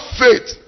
faith